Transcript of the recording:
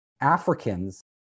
Africans